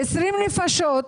20 נפשות,